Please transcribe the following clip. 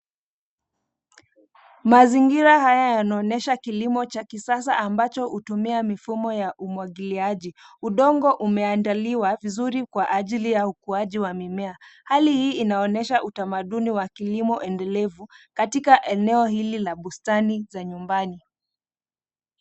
Mazingira haya yanaonyesha kilimo cha kisasa ambacho hutumia mfumo wa umwagiliaji. Udongo umeandaliwa vizuri kwa ajili ya ukuaji wa mimea. Hali hii inaonyesha utamaduni wa kilimo endelevu katika eneo hili la bustani za nyumbani.